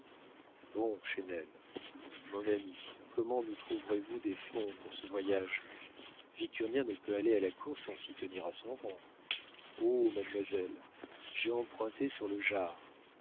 bon chesnel mon ami comment nous trouverez-vous des fonds pour ce voyage victurnien ne peut aller à la cour sans s'y tenir à son rang oh mademoiselle j'ai emprunté sur le jard